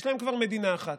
יש להם כבר מדינה אחת,